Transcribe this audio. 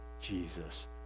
Jesus